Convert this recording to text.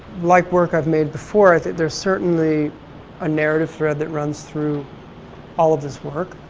like work i've made before i think there's certainly a narrative thread that runs through all of these work.